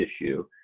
issue